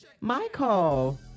Michael